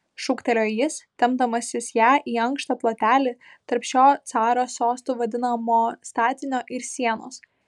šūktelėjo jis tempdamasis ją į ankštą plotelį tarp šio caro sostu vadinamo statinio ir sienos